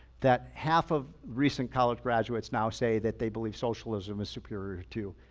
that half of recent college graduates now say that they believe socialism is superior to